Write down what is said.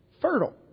Fertile